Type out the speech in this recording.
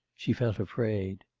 she felt afraid.